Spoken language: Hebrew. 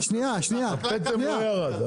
בפטם לא ירד.